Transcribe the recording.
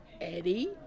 Eddie